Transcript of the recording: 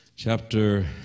chapter